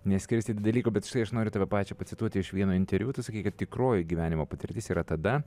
neskirstyti dalykų bet štai aš noriu tave pačią pacituoti iš vieno interviu tu sakei kad tikroji gyvenimo patirtis yra tada